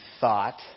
thought